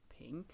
Pink